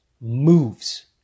moves